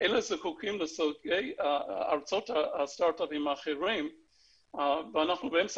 אלה זקוקים ל --- הסטרטאפים האחרים ואנחנו באמצע